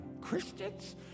Christians